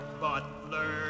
butler